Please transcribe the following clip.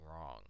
wrong